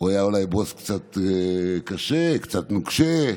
הוא היה אולי בוס קצת קשה, קצת נוקשה,